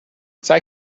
سعی